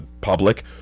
public